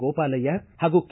ಗೋಪಾಲಯ್ಯ ಪಾಗೂ ಕೆ